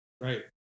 right